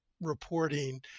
reporting